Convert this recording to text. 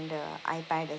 uh ipad